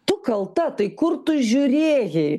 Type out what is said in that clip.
tu kalta tai kur tu žiūrėjai